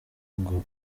ngo